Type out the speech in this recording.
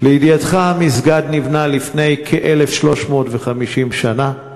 לידיעתך, המסגד נבנה לפני כ-1,350 שנה.